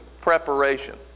Preparation